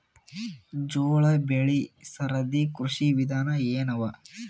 ಜೋಳ ಬೆಳಿ ಸರದಿ ಕೃಷಿ ವಿಧಾನ ಎನವ?